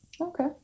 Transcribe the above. okay